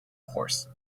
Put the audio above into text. horse